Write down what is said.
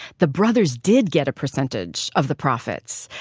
the brothers did get a percentage of the profits.